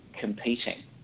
competing